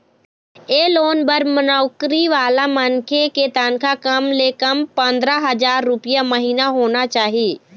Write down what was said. ए loan बर नउकरी वाला मनखे के तनखा कम ले कम पंदरा हजार रूपिया महिना होना चाही